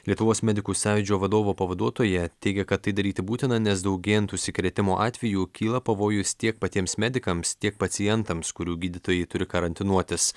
lietuvos medikų sąjūdžio vadovo pavaduotoja teigia kad tai daryti būtina nes daugėjant užsikrėtimo atvejų kyla pavojus tiek patiems medikams tiek pacientams kurių gydytojai turi karantinuotis